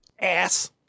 Ass